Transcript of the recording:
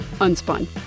Unspun